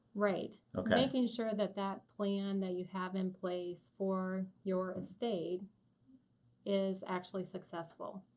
right. okay. making sure that that plan that you have in place for your estate is actually successful.